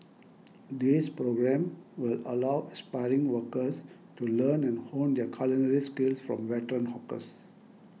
this programme will allow aspiring workers to learn and hone their culinary skills from veteran hawkers